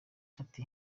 ati